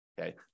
okay